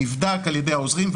נבדק על ידי העוזרים,